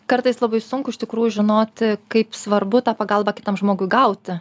kartais labai sunku iš tikrųjų žinoti kaip svarbu tą pagalbą kitam žmogui gauti